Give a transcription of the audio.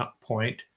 point